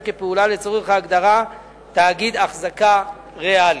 כפעולה לצורך ההגדרה "תאגיד החזקה ריאלי".